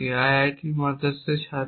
IIT মাদ্রাজের ছাত্র